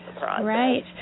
Right